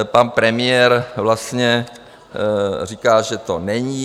Pan premiér vlastně říká, že to není...